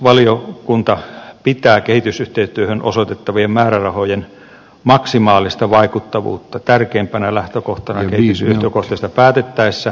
valiokunta pitää kehitysyhteistyöhön osoitettavien määrärahojen maksimaalista vaikuttavuutta tärkeimpänä lähtökohtana kehitysyhteistyökohteista päätettäessä